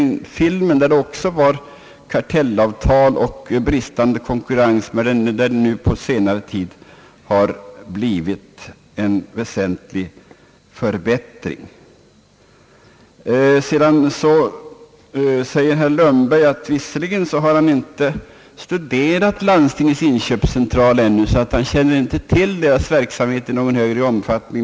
Därvidlag fanns det tidigare kartellavtal, som förhindrade konkurrens, men på senare tid har det blivit en väsentlig förbättring. Herr Lundberg sade att han visserligen inte har studerat Landstingens inköpscentral ännu och att han därför inte känner till dess verksamhet i någon större utsträckning.